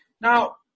Now